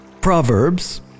Proverbs